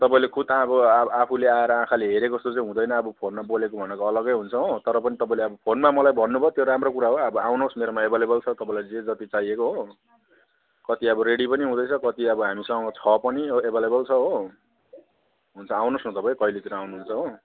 तपाईँले खुद अब अब आफूले आएर आँखाले हेरेको जस्तो चाहिँ हुँदैन अब फोनमा बोलेको भनेको अलग्गै हुन्छ हो तर पनि तपाईँले अब फोनमा मलाई भन्नुभयो त्यो राम्रो कुरा हो अब आउनुहोस् मेरोमा एभेइलेबल छ तपाईँलाई जे जति चाहिएको हो कति अब रेडी पनि हुँदैछ कति अब हामीसँग छ पनि एभेइलेबल छ हो हुन्छ आउनुहोस् न तपाईँ कहिलेतिर आउनुहुन्छ हो